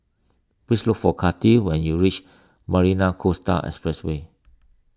please look for Kattie when you reach Marina Coastal Expressway